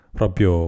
proprio